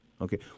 Okay